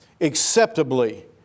acceptably